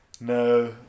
No